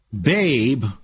babe